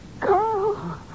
Carl